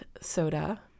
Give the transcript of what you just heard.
soda